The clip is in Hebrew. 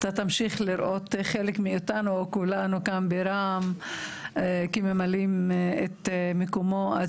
אתה תמשיך לראות חלק מאתנו או כולנו כאן ברע"מ כממלאים את מקומו של